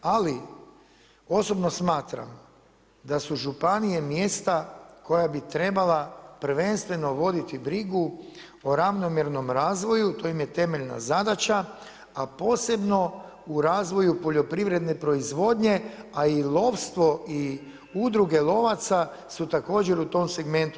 Ali osobno smatram da su županije mjesta koja bi trebala prvenstveno voditi brigu o ravnomjernom razvoju, to im je temeljna zadaća a posebno u razvoju poljoprivredne proizvodnje a i lovstvo i udruge lovaca su također u tom segmentu.